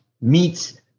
meets